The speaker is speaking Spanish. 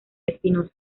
espinosa